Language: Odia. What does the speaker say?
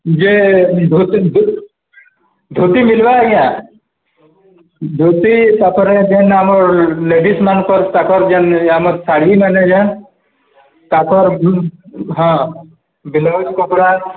ଯେ ଧୋତି ଧୋତି ମିଳିବ ଆଜ୍ଞା ଧୋତି ତାପରେ ଯେଉଁ ଆମର ଲେଡିସ୍ମାନଙ୍କ ତାପରେ ଯେଉଁ ଆମର ଶାଢ଼ୀମାନ ଯେଉଁ ତାଙ୍କର ହଁ ବ୍ଲାଉଜ କପଡ଼ା